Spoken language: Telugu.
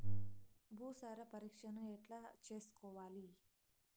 భూసార పరీక్షను ఎట్లా చేసుకోవాలి?